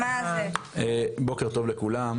בוקר טוב לכולם.